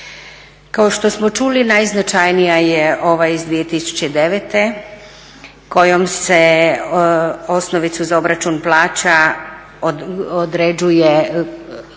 Kao što smo čuli najznačajnija je ova iz 2009. kojom se osnovicu za obračun plaća određuje